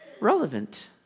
relevant